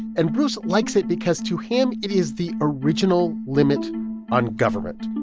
and bruce likes it because, to him, it is the original limit on government.